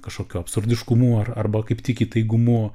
kažkokiu absurdiškumu ar arba kaip tik įtaigumu